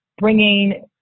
bringing